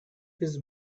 his